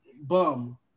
bum